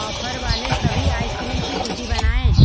offer वाले सभी ice cream की सूची बनाएँ